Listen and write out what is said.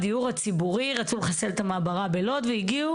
רצו לחסל את המעברה בלוד והגיעו